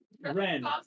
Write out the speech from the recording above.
Ren